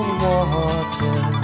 water